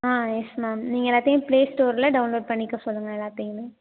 ஆ yes ma'am நீங்கள் எல்லாத்தையும் play ஸ்டோரில் டவுன்லோட் பண்ணிக்க சொல்லுங்கள் எல்லாத்தையுமே